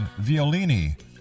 Violini